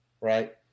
right